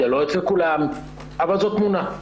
זה לא אצל כולם, אבל זו תמונה.